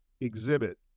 exhibit